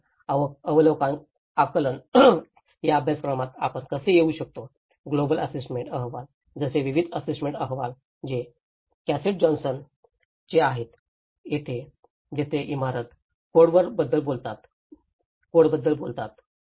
आणि आकलन या अभ्यासक्रमात आपण कसे येऊ शकतो ग्लोबल आस्सेसमेंट अहवाल जसे विविध आस्सेसमेंट अहवाल जे कॅसिडी जॉनसन चे आहेत जेथे ते इमारत कोडबद्दल बोलतात